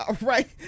Right